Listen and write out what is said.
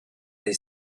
they